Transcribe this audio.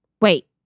Wait